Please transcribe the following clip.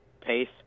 pace